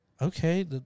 Okay